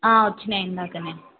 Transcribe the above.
వచ్చినాయి ఇందాకనే